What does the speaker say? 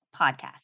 podcast